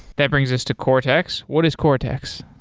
that brings us to cortex. what is cortex?